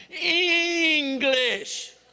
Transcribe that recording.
English